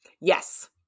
Yes